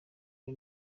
ari